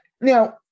Now